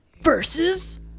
Versus